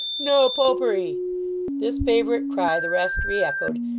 no popery this favourite cry the rest re-echoed,